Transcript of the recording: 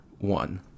One